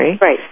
Right